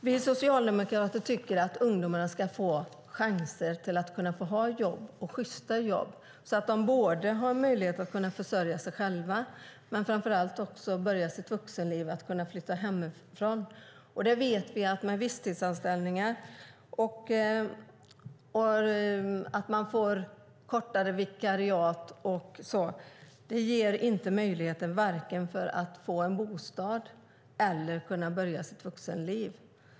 Vi socialdemokrater tycker att ungdomarna ska få chanser till sjysta jobb, så att de har möjlighet att försörja sig själva, men framför allt att börja sitt vuxenliv och flytta hemifrån. Visstidsanställningar, kortare vikariat och så vidare ger inte möjlighet att få en bostad eller börja sitt vuxenliv.